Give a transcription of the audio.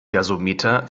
gasometer